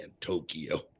Tokyo